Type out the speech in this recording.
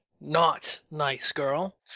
not-nice-girl